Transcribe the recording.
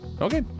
Okay